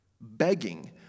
begging